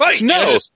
No